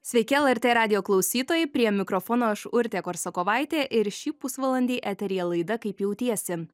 sveiki lrt radijo klausytojai prie mikrofono aš urtė korsakovaitė ir šį pusvalandį eteryje laida kaip jautiesi